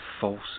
false